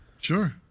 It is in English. sure